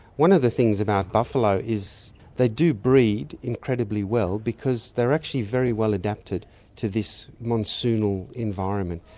one of the things about buffalo is they do breed incredibly well, because they're actually very well adapted to this monsoonal environment,